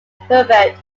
herbert